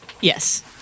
Yes